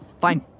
fine